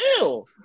Ew